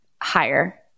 Higher